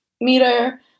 meter